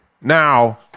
Now